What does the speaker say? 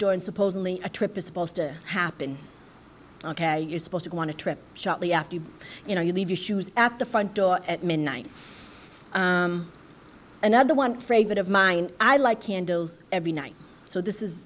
door and supposedly a trip is supposed to happen ok you're supposed to go on a trip shortly after you you know you leave your shoes at the front door at midnight another one for a bit of mine i like candles every night so this is